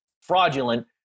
fraudulent